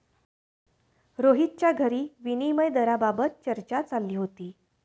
रोहितच्या घरी विनिमय दराबाबत चर्चा चालली होती